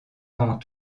avant